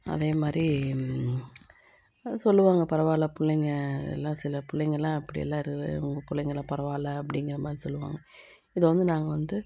அதே மாதிரி அது சொல்லுவாங்க பரவாயில்ல பிள்ளைங்க எல்லாம் சில பிள்ளைங்கெல்லாம் அப்படியெல்லாம் இருக்குது உங்கள் பிள்ளைங்கெல்லாம் பரவாயில்ல அப்படிங்கிற மாதிரி சொல்லுவாங்க இதை வந்து நாங்கள் வந்து